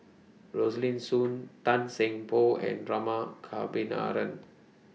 Rosaline Soon Tan Seng Poh and Rama Kannabiran